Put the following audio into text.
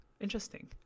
Interesting